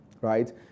Right